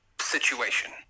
situation